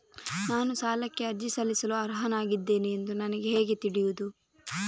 ನಾನು ಸಾಲಕ್ಕೆ ಅರ್ಜಿ ಸಲ್ಲಿಸಲು ಅರ್ಹನಾಗಿದ್ದೇನೆ ಎಂದು ನನಗೆ ಹೇಗೆ ತಿಳಿಯುದು?